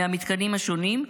מהמתקנים השונים,